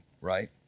right